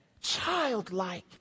Childlike